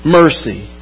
mercy